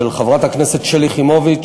של חברת הכנסת שלי יחימוביץ,